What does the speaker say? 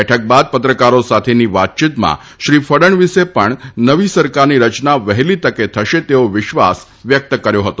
બલક બાદ પત્રકારો સાથક્રી વાતચીતમાં શ્રી ફડણવીસ પણ નવી સરકારની રચના વહેલી તકે થશ તક્રો વિશ્વાસ વ્યક્ત કર્યો હતો